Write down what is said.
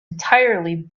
entirely